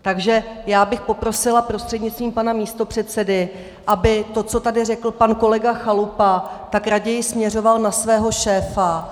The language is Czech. Takže já bych poprosila prostřednictvím pana místopředsedy, aby to, co tady řekl pan kolega Chalupa, raději směřoval na svého šéfa.